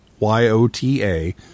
yota